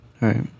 right